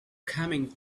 coming